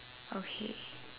okay